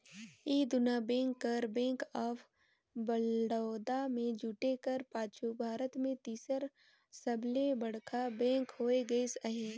ए दुना बेंक कर बेंक ऑफ बड़ौदा में जुटे कर पाछू भारत में तीसर सबले बड़खा बेंक होए गइस अहे